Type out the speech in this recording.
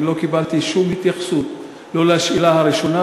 לא קיבלתי שום התייחסות לא לשאלה הראשונה,